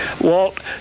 Walt